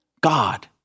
God